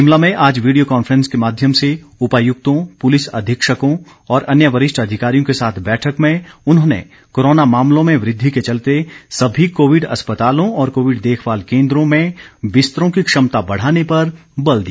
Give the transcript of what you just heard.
शिमला में आज video conference के माध्यम से उपायुक्तों पुलिस अधीक्षकों और अन्य वरिष्ठ अधिकारियों के साथ बैठक में उन्होंने कोरोना मामलों में वृद्धि के चलते सभी कोविड अस्पतालों और कोविड देखभाल केन्द्रों में बिस्तरों की क्षमता बढ़ाने पर बल दिया